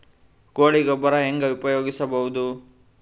ಕೊಳಿ ಗೊಬ್ಬರ ಹೆಂಗ್ ಉಪಯೋಗಸಬಹುದು?